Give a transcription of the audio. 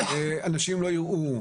אנשים לא יראו,